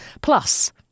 Plus